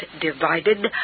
divided